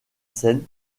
scène